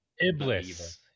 Iblis